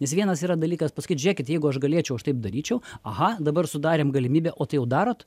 nes vienas yra dalykas pasakyt žiūrėkit jeigu aš galėčiau aš taip daryčiau aha dabar sudarėm galimybę o tai jau darot